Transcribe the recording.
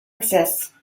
exists